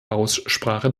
aussprache